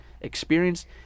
experienced